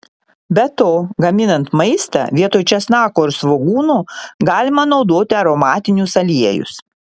be to gaminant maistą vietoj česnako ir svogūno galima naudoti aromatinius aliejus